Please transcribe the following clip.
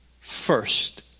first